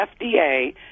FDA